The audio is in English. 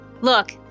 Look